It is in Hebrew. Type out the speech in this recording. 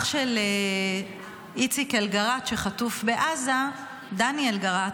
אח של איציק אלגרט, שחטוף בעזה, דני אלגרט,